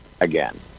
again